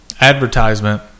advertisement